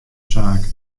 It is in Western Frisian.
saak